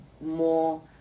more